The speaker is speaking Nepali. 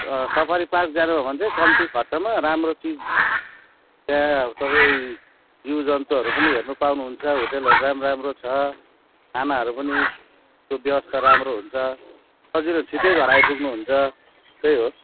सफारी पार्क जानु हो भने चाहिँ कम्ती खर्चमा राम्रो चिज त्यहाँ तपाईँ जीवजन्तुहरू पनि हेर्नु पाउनुहुन्छ होटेलहरू राम्रो राम्रो छ खानाहरू पनि को व्यवस्था राम्रो हुन्छ सजिलो छिटै घर आइपुग्नु हुन्छ त्यही हो